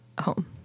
home